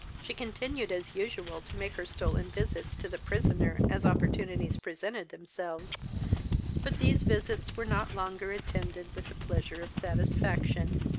she continued, as usual, to make her stolen visits to the prisoner as opportunities presented themselves but these visits were not longer attended with the pleasure of satisfaction.